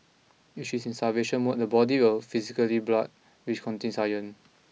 if she's in starvation mode the body will physically blood which contains iron